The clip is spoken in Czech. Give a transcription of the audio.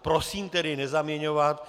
Prosím tedy nezaměňovat.